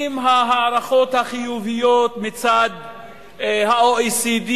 עם ההערכות החיוביות מצד ה-OECD,